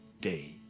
day